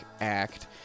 act